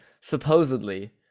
supposedly